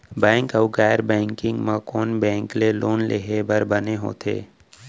Bank अऊ गैर banking म कोन बैंक ले लोन लेहे बर बने होथे?